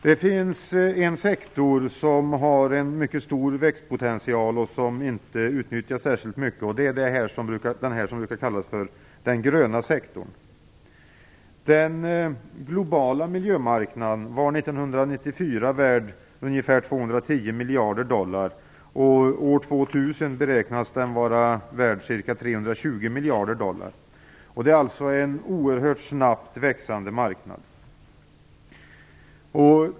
Det finns en sektor som har en mycket stor växtpotential men som inte utnyttjas särskilt mycket. Det är den som brukar kallas den gröna sektorn. Den globala miljömarknaden var 1994 värd ca 210 miljarder dollar. År 2000 beräknas den vara värd ca 320 miljarder dollar. Det är alltså en oerhört snabbt växande marknad.